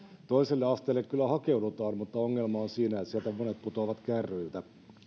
toiselle asteelle kyllä hakeudutaan mutta ongelma on siinä että siellä monet putoavat kärryiltä